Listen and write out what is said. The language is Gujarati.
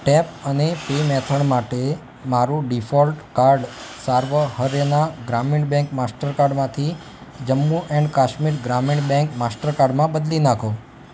ટેપ અને પે મેથડ માટે મારું default card Sarva Haryana Gramin bank master કાર્ડમાંથી Jammu and Kashmir Gramin bank master કાર્ડમાં બદલી નાખો